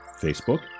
Facebook